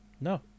No